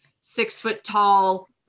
six-foot-tall